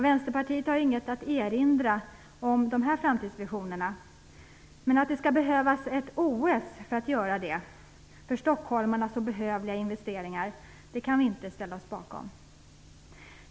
Vänsterpartiet har inget att erinra mot de här framtidsvisionerna. Men att det skall behövas ett OS för att göra de för stockholmarna så behövliga investeringarna kan vi inte ställa oss bakom.